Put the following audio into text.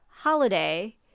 Holiday